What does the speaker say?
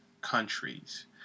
countries